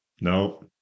No